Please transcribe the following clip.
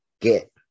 get